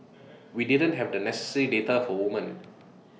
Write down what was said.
we didn't have the necessary data for women